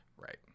right